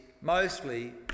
mostly